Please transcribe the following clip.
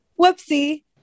whoopsie